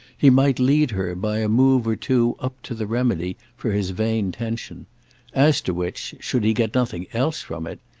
he might lead her by a move or two up to the remedy for his vain tension as to which, should he get nothing else from it,